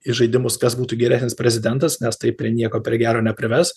į žaidimus kas būtų geresnis prezidentas nes tai prie nieko prie gero neprives